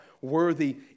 worthy